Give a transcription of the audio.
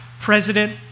President